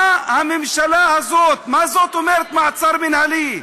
מה הממשלה הזאת, מה זאת אומרת מעצר מינהלי?